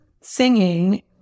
singing